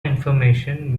information